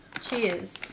Cheers